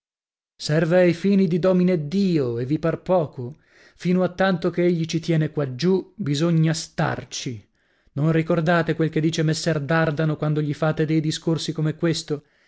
serve ai fini di domineddio e vi par poco fino a tanto che egli ci tiene quaggiù bisogna starci non ricordate quel che dice messer dardano quando gli fate dei discorsi come questo